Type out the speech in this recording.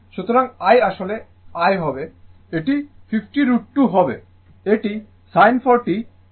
সুতরাং i আসলে i হবে এটি 50 √ 2 এটি sin 40 t